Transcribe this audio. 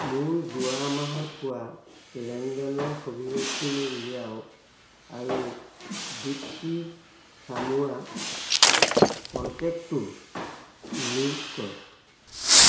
মোৰ যোৱা মাহত হোৱা লেনদেনৰ সবিশেষখিনি উলিয়াওক আৰু দীপ্তি চামুৱা কণ্টেক্টটো মিউট কৰক